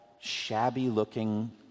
shabby-looking